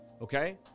Okay